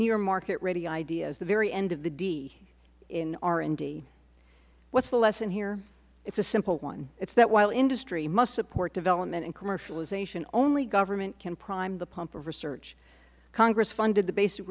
near market ready ideas the very end of the d in r and d what is the lesson here it is a simple one it is that while industry must support development and commercialization only government can prime the pump of research congress funded the basic